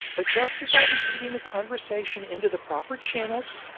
but just as i was leading the conversation into the proper channels,